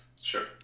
sure